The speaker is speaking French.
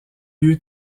lieu